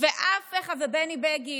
ובני בגין.